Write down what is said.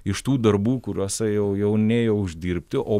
iš tų darbų kuriuose jau jau nėjo uždirbti o